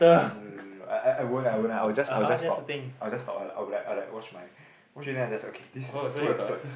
no no no no no I I I won't I won't I will just I will just stop I will just stop I'll be like be like watch my watch already then I just okay this is two episodes